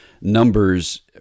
numbers